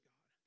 God